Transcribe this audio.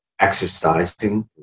exercising